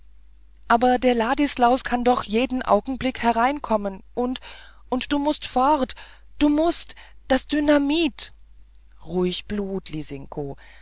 aber der ladislaus kann doch jeden augenblick hereinkommen und und du mußt fort du mußt das dynamit ruhig blut